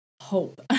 hope